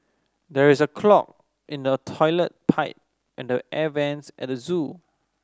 there is a clog in the toilet pipe and the air vents at the zoo